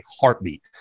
heartbeat